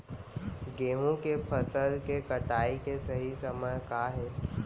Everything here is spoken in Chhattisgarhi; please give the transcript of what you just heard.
गेहूँ के फसल के कटाई के सही समय का हे?